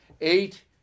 eight